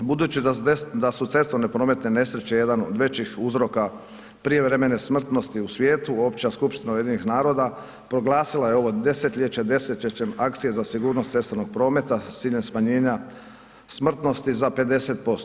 Budući da su cestovne prometne nesreće jedan od većih uzroka prijevremene smrtnosti u svijetu, Opća skupština UN-a proglasila je ovo desetljeće, desetljećem akcije za sigurnost cestovnog prometa s ciljem smanjenja smrtnosti za 50%